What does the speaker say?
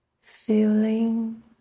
feeling